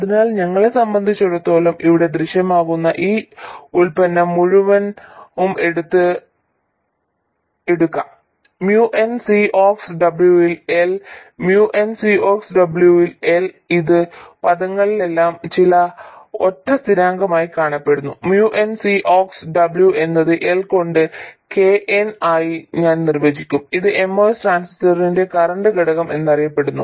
അതിനാൽ ഞങ്ങളെ സംബന്ധിച്ചിടത്തോളം ഇവിടെ ദൃശ്യമാകുന്ന ഈ ഉൽപ്പന്നം മുഴുവനും നമുക്ക് എടുക്കാം mu n C ox W ൽ L mu n C ox W ൽ L ഇത് ഈ പദങ്ങളിലെല്ലാം ചില ഒറ്റ സ്ഥിരാങ്കങ്ങളായി കാണപ്പെടുന്നു mu n C ox W എന്നത് L കൊണ്ട് K n ആയി ഞാൻ നിർവ്വചിക്കും ഇത് MOS ട്രാൻസിസ്റ്ററിന്റെ കറന്റ് ഘടകം എന്നറിയപ്പെടുന്നു